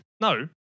No